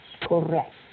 Correct